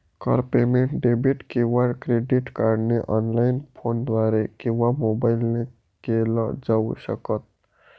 कर payment debit किंवा credit कार्डने ऑनलाइन, फोनद्वारे किंवा मोबाईल ने केल जाऊ शकत